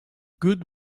good